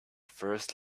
first